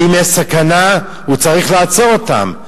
ואם יש סכנה הוא צריך לעצור אותם.